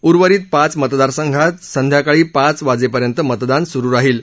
उर्वरित पाच मतदारसंघात सायंकाळी पाच वाजेपर्यंत मतदान सुरु राहील